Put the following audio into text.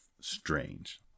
strange